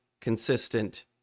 consistent